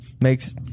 makes